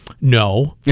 no